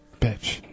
Bitch